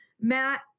Matt